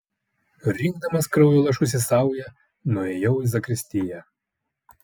rinkdamas kraujo lašus į saują nuėjau į zakristiją